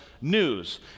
news